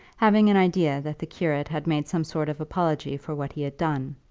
having an idea that the curate had made some sort of apology for what he had done.